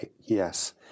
Yes